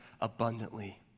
abundantly